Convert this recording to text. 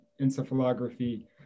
encephalography